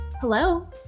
Hello